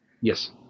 Yes